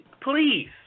please